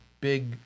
big